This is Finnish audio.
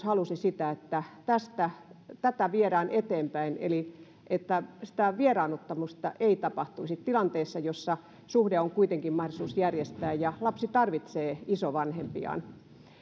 halusivat että tätä viedään eteenpäin eli että vieraannuttamista ei tapahtuisi tilanteessa jossa suhde on kuitenkin mahdollista järjestää ja lapsi tarvitsee isovanhempiaan